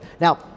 Now